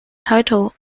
title